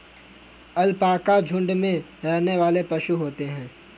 alpaca झुण्ड में रहने वाले पशु होते है